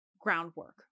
groundwork